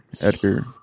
edgar